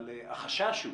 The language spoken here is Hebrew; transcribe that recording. החשש הוא